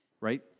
right